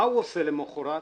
מה הוא עושה למחרת?